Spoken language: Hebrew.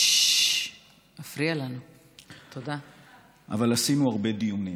אבל עשינו הרבה דיונים.